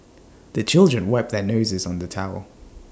the children wipe their noses on the towel